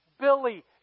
Billy